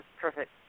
perfect